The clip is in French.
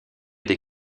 des